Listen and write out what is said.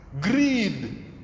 Greed